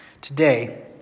Today